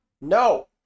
No